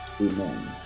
Amen